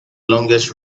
longest